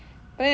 but then again